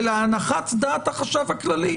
ולהנחת דעת החשב הכללי.